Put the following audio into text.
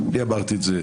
אני אמרתי את זה,